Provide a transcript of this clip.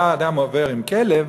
הוא ראה אדם עובר עם כלב,